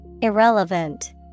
Irrelevant